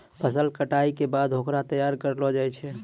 फसल कटाई के बाद होकरा तैयार करलो जाय छै